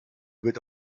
wird